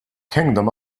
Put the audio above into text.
kingdom